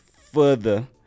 further